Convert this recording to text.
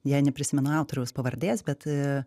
deja neprisimenu autoriaus pavardės bet